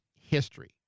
history